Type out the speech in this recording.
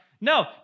No